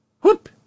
Whoop